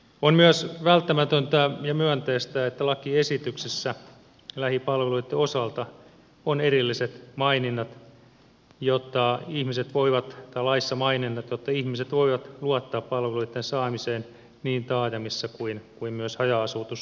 on myös välttämätöntä ja myönteistä että laissa lähipalveluitten osalta on maininnat jotta ihmiset voivat olla isomainen ote ihmiset voivat luottaa palveluitten saamiseen niin taajamissa kuin myös haja asutusalueilla